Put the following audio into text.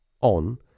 on